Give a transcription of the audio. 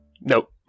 Nope